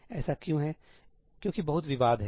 ऐसा क्यों है क्योंकि बहुत विवाद है